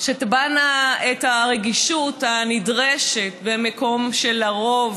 נשים שתבענה את הרגישות הנדרשת במקום שלרוב,